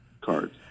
cards